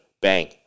bang